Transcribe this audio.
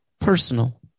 personal